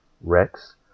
rex